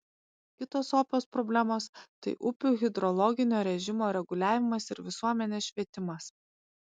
kitos opios problemos tai upių hidrologinio režimo reguliavimas ir visuomenės švietimas